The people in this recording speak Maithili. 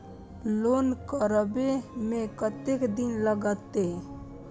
लोन करबे में कतेक दिन लागते?